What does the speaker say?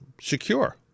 secure